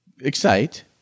Excite